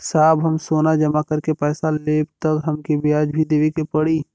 साहब हम सोना जमा करके पैसा लेब त हमके ब्याज भी देवे के पड़ी?